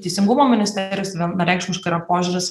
teisingumo ministerijos vienareikšmiškai yra požiūris